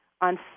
on